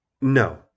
No